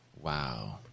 Wow